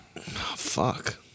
Fuck